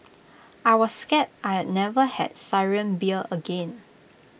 I was scared I'd never have Syrian beer again